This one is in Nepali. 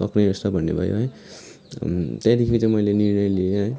सक्ने रहेछ भन्ने भयो है त्यहीँखि चाहिँ मैले निर्णय लिएँ है